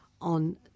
on